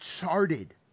charted